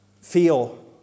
feel